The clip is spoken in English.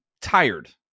tired